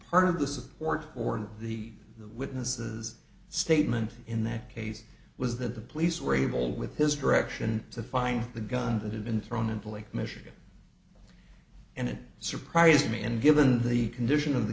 part of the support or in the the witnesses statement in that case was that the police were able with his direction to find the gun that had been thrown into lake michigan and it surprises me and given the condition of the